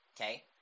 Okay